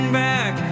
back